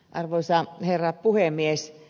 arvoisa herra puhemies